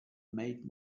made